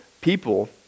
people